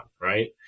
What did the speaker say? Right